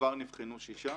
כבר נבחנו שישה.